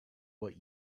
what